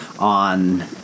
on